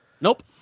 Nope